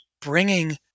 bringing